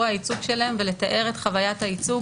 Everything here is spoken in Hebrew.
הייצוג שלהם ולתאר את חווית הייצוג